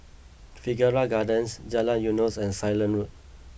Figaro Gardens Jalan Eunos and Ceylon Road